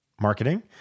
marketing